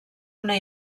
una